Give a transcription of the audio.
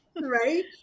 right